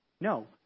No